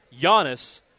Giannis